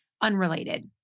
unrelated